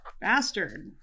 Bastard